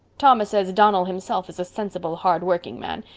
thomas says donnell himself is a sensible, hard-working man,